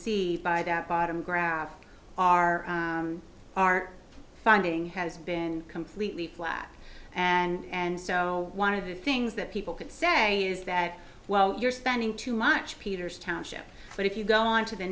see by that bottom graph our our founding has been completely flat and so one of the things that people can say is that well you're spending too much peters township but if you go on to the